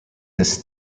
this